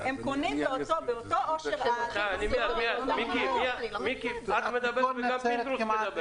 הם קונים באותו אושר עד, באותם מקומות.